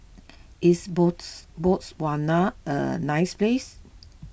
is bots Botswana a nice place